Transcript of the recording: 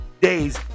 days